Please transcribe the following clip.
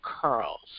curls